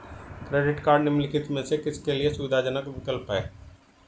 Credit cards निम्नलिखित में से किसके लिए सुविधाजनक विकल्प हैं?